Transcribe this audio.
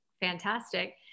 fantastic